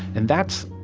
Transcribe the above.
and that's,